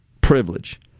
privilege